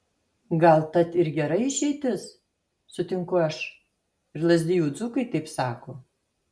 gal tat ir gera išeitis sutinku aš ir lazdijų dzūkai taip sako